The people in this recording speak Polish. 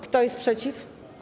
Kto jest przeciw?